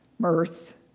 Mirth